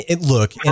look